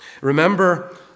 remember